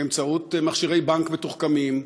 באמצעות מכשירי בנק מתוחכמים,